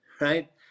right